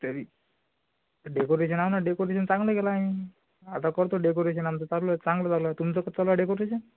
तरी डेकोरेशन हो ना डेकोरेशन चांगलं केलं आहे आता करतो डेकोरेशन आमचं चांगलं चांगलं चालू आहे तुमचं कसं चालू आहे डेकोरेशन